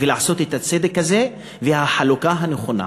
ולעשות את הצדק הזה ואת החלוקה הנכונה.